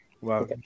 Wow